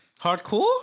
Hardcore